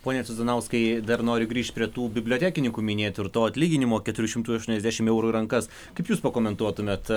pone cuzanauskai dar noriu grįžt prie tų bibliotekininkų minėtų ir to atlyginimo keturių šimtų aštuoniasdešim eurų į rankas kaip jūs pakomentuotumėt